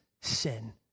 sin